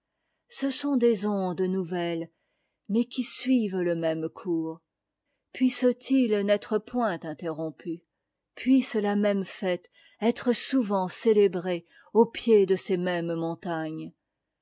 ce sont des ondes nouvelles mais qui suivent le même cours puisse-t-il n'être point interrompu puisse ta même fête être souvent célébrée au pied de ces mêmes montagnes